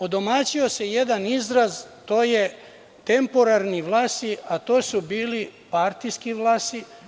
Odomaćio se jedan izraz, a to je – temporalni Vlasi, a to su bili partijki Vlasi.